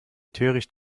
töricht